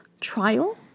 trial